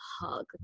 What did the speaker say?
hug